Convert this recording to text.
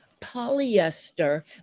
polyester